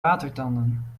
watertanden